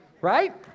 right